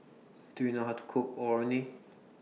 Do YOU know How to Cook Orh Nee